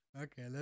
Okay